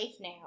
now